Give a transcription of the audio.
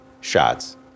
shots